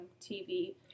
TV